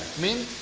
mint?